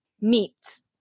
meats